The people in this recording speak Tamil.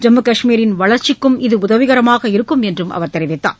ஜம்மு கஷ்மீரின் வளர்ச்சிக்கும் இது உதவிகரமாக இருக்கும் என்று அவர் தெரிவித்தார்